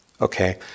Okay